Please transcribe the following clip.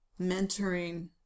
mentoring